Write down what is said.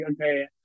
okay